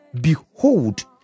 Behold